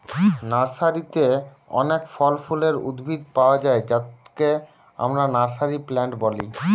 নার্সারিতে অনেক ফল ফুলের উদ্ভিদ পায়া যায় যাকে আমরা নার্সারি প্লান্ট বলি